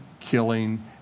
killing